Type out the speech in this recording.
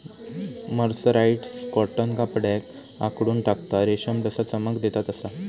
mercerised cotton कपड्याक आखडून टाकता, रेशम जसा चमक देता तसा